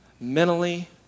mentally